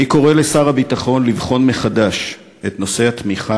אני קורא לשר הביטחון לבחון מחדש את נושא התמיכה